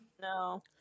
no